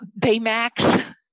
Baymax